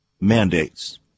mandates